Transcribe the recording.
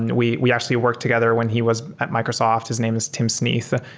and we we actually worked together when he was at microsoft. his name is tim smith.